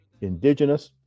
indigenous